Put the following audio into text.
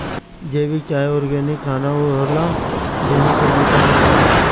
जैविक चाहे ऑर्गेनिक खाना उ होला जेमे केमिकल ना रहेला